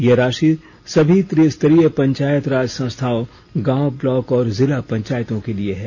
यह राशि सभी त्रि स्तरीय पंचायत राज संस्थाओं गांव ब्लॉक और जिला पंचायतों के लिए है